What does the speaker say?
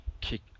kick